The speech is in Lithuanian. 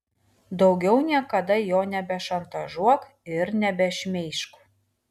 daugiau niekada jo nebešantažuok ir nebešmeižk